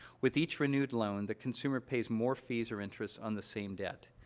with each renewed loan, the consumer pays more fees or interest on the same debt.